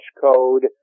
code